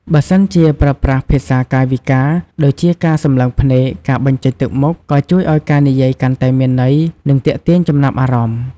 បើសិនជា ប្រើប្រាស់ភាសាកាយវិការ ដូចជាការសម្លឹងភ្នែក ការបញ្ចេញទឹកមុខ ក៏ជួយឱ្យការនិយាយកាន់តែមានន័យ និងទាក់ទាញចំណាប់អារម្មណ៍។